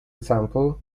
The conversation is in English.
example